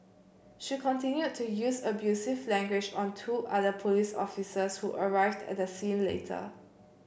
she continued to use abusive language on two other police officers who arrived at the scene later